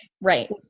Right